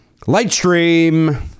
Lightstream